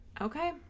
okay